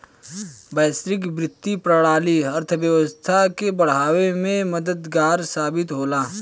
वैश्विक वित्तीय प्रणाली अर्थव्यवस्था के बढ़ावे में मददगार साबित होला